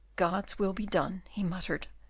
god's will be done, he muttered,